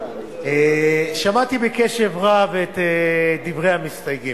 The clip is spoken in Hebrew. שמעתי בקשב רב את דברי המסתייגים,